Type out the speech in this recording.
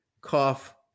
cough